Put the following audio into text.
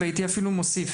ואוסיף,